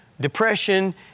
depression